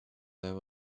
there